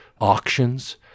auctions